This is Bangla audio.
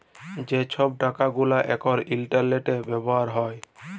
যে ছব টাকা গুলা এখল ইলটারলেটে ব্যাভার হ্যয়